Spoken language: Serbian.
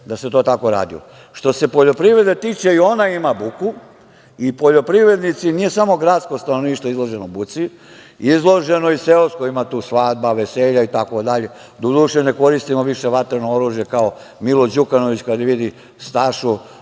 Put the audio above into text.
da se to tako radilo. Što se poljoprivrede tiče i ona ima buku i poljoprivrednici ne samo gradsko stanovništvo je izloženo buci, izloženo je seoskoj, ima tu svadba, veselja i tako dalje, doduše ne koristimo više vatreno oružje kao Milo Đukanović kada vidi Stašu